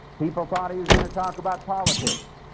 people thought he was going to talk about politics.